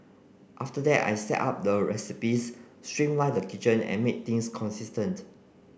after that I set up the recipes streamlined the kitchen and made things consistent